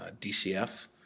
DCF